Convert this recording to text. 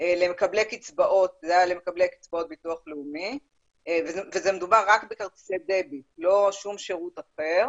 למקבלי קצבאות ביטוח לאומי ומדובר רק בכרטיסי דביט ולא בשום שירות אחר.